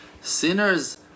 sinners